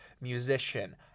musician